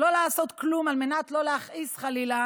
לא לעשות כלום על מנת לא להכעיס חלילה